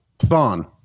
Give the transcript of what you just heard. thon